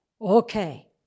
okay